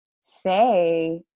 say